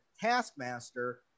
Taskmaster